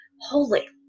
holy